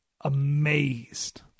amazed